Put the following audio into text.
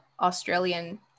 Australian